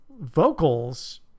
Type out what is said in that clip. vocals